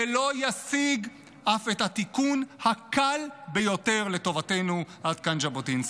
זה לא ישיג אף את התיקון הקל ביותר לטובתנו!" עד כאן ז'בוטינסקי.